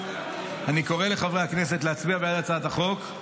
אני קורא לחברי הכנסת להצביע בעד הצעת החוק.